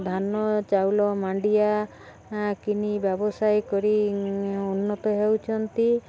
ଧାନ ଚାଉଳ ମାଣ୍ଡିଆ କିନି ବ୍ୟବସାୟ କରି ଉନ୍ନତ ହେଉଛନ୍ତି